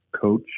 coach